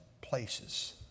places